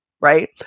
right